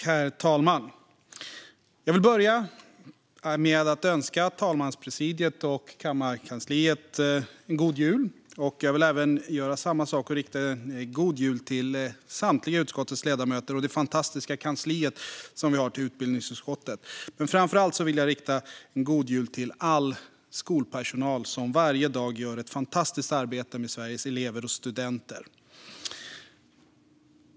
Herr talman! Jag vill börja med att önska talmanspresidiet och kammarkansliet en god jul. Jag vill även rikta en önskan om god jul till utskottets samtliga ledamöter och det fantastiska kansliet hos utbildningsutskottet. Framför allt vill jag rikta en önskan om god jul till all skolpersonal som varje dag gör ett fantastiskt arbete med Sveriges elever och studenter.